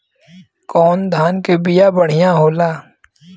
कौन धान के बिया बढ़ियां होला?